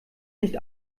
nicht